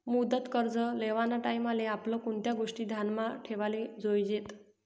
मुदत कर्ज लेवाना टाईमले आपले कोणत्या गोष्टी ध्यानमा ठेवाले जोयजेत